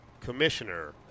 commissioner